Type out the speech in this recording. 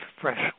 fresh